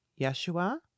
Yeshua